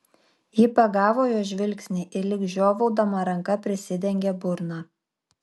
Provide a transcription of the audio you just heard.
ji pagavo jo žvilgsnį ir lyg žiovaudama ranka prisidengė burną